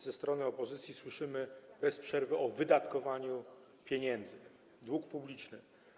Ze strony opozycji słyszymy bez przerwy o wydatkowaniu pieniędzy i długu publicznym.